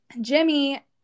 jimmy